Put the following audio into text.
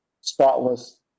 spotless